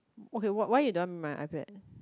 okay why why you don't want my iPad